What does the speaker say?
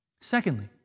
Secondly